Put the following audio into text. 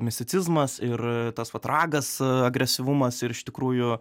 misticizmas ir tas vat ragas agresyvumas ir iš tikrųjų